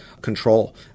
control